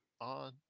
on